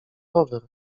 rower